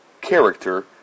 Character